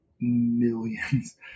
Millions